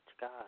God